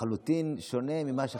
לחלוטין שונה ממה שחשבתם.